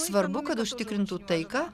svarbu kad užtikrintų taiką